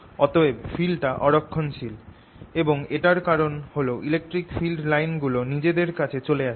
অতএব ফিল্ডটা অ রক্ষণশীল এবং এটার কারণ হল ইলেকট্রিক ফিল্ড লাইন গুলো নিজেদের কাছে চলে আসে